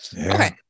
okay